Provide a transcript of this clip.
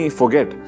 forget